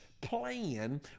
plan